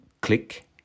click